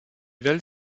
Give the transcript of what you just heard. valent